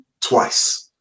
twice